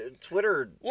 Twitter